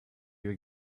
you